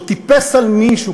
לא טיפס על מישהו,